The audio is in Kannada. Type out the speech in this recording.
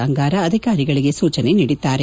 ಅಂಗಾರ ಅಧಿಕಾರಿಗಳಿಗೆ ಸೂಜನೆ ನೀಡಿದ್ದಾರೆ